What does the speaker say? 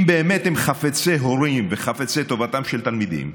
אם באמת הם חפצי הורים וחפצי טובתם של תלמידים,